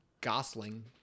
gosling